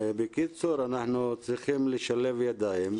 בקיצור אנחנו צריכים לשלב ידיים,